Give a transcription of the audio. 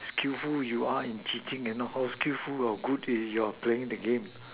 skillful you are in cheating and not how skillful your good is your playing the game